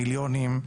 מיליונים,